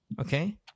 Okay